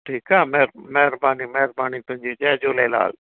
ठीकु आहे मए महिरबानी महिरबानी तुंहिंजी जय झूलेलाल